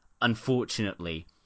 unfortunately